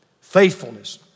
Faithfulness